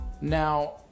Now